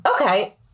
Okay